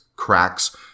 cracks